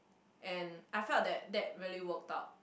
and I felt that that really worked out